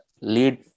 lead